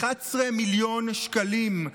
11 מיליון שקלים.